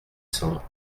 cents